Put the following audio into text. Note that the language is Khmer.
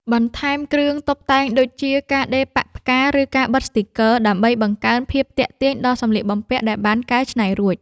បន្ថែមគ្រឿងតុបតែងដូចជា ការដេរប៉ាក់ផ្កា ឬការបិទស្ទីគ័រ ដើម្បីបង្កើនភាពទាក់ទាញដល់សម្លៀកបំពាក់ដែលបានកែច្នៃរួច។